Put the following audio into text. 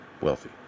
wealthy